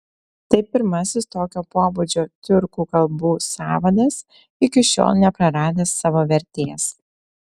tai pirmasis tokio pobūdžio tiurkų kalbų sąvadas iki šiol nepraradęs savo vertės